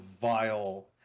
vile